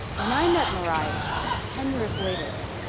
when i met mari ten years later,